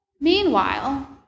Meanwhile